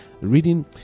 Reading